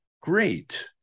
Great